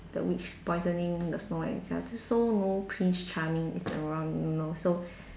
the witch poisoning the Snow White himself so no prince charming is around you know so